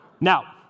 now